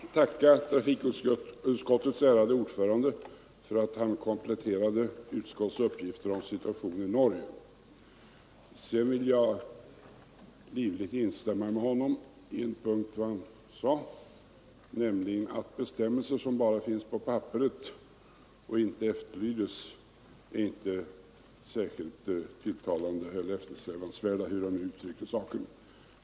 Herr talman! Jag vill tacka trafikutskottets ärade ordförande för att han kompletterade utskottets uppgifter om situationen i Norge. Därtill vill jag livligt instämma med honom på en punkt, nämligen att bestämmelser som bara finns på papperet och inte efterlevs inte är särskilt tilltalande eller eftersträvansvärda.